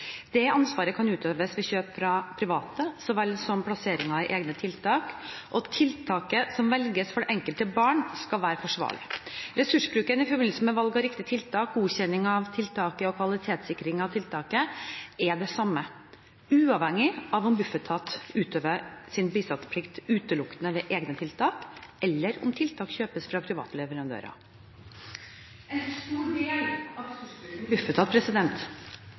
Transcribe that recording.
Det ansvaret kan utøves ved kjøp fra private, så vel som plasseringer i egne tiltak, og tiltaket som velges for det enkelte barn, skal være forsvarlig. Ressursbruken i forbindelse med valg av riktig tiltak, godkjenning av tiltaket og kvalitetssikringen av tiltaket er det samme, uavhengig av om Bufetat utøver sin bistandsplikt utelukkende ved egne tiltak, eller om tiltak kjøpes fra private leverandører. En stor del av